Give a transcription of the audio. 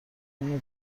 اونو